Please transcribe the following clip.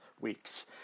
weeks